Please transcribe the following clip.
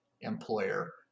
employer